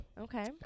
Okay